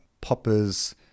Popper's